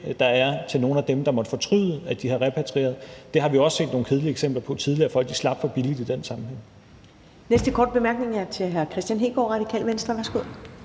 der er hos nogle af dem, der måtte fortryde, at de er repatrieret. Det har vi set nogle kedelige eksempler på tidligere, altså at folk slap for billigt i den sammenhæng.